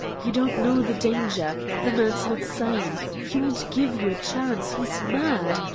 you don't know the danger. the man's not sane. he won't give you a chance. he's mad.